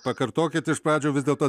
pakartokit iš pradžių vis dėlto